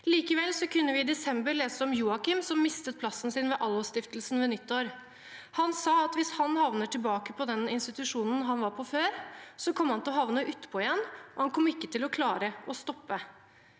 Likevel kunne vi i desember lese om Joakim, som mistet plassen sin ved Allos-stiftelsen ved nyttår. Han sa at hvis han havnet tilbake på den institusjonen han var på før, kom han til å havne utpå igjen, og han kom ikke til å klare å stoppe.